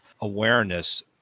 awareness